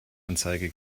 anzeige